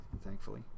thankfully